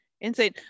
Insane